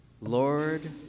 Lord